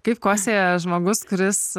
kaip kosėja žmogus kuris